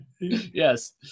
Yes